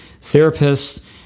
therapists